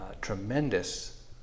tremendous